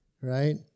right